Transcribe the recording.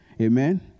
Amen